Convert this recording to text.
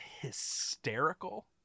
hysterical